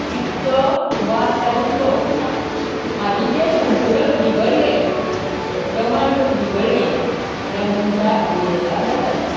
पिट्टो वात आनी कव हाचें जे संतूलन बिगडलें प्रमाण जर बिगडलें जाल्यार मनशाक दुयेंसां जातात